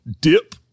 dip